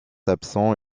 absents